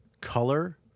color